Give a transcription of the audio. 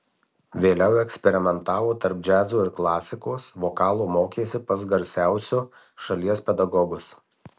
vėliau eksperimentavo tarp džiazo ir klasikos vokalo mokėsi pas garsiausiu šalies pedagogus